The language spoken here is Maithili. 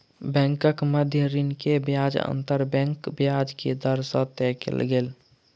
बैंकक मध्य ऋण के ब्याज अंतर बैंक ब्याज के दर से तय कयल गेल